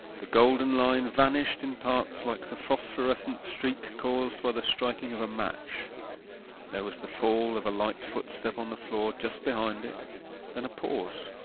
the golden line vanished in parts like the phosphorescent streak caused by the striking of a match there was the fall of a light footstep on the floor just behind it then a pause.